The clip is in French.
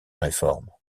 réforme